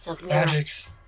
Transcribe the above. Magic's